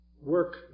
Work